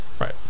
right